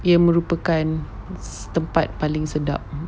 ia merupakan tempat paling sedap